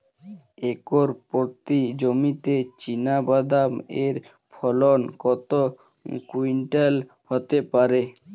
Acre প্রতি জমিতে চীনাবাদাম এর ফলন কত কুইন্টাল হতে পারে?